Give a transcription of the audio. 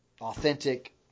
authentic –